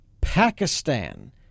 Pakistan